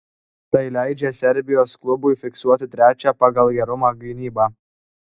tai leidžia serbijos klubui fiksuoti trečią pagal gerumą gynybą